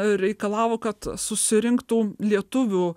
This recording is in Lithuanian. reikalavo kad susirinktų lietuvių